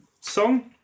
song